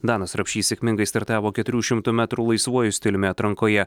danas rapšys sėkmingai startavo keturių šimtų metrų laisvuoju stiliumi atrankoje